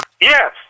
Yes